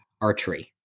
archery